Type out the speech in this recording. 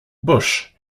bush